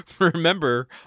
remember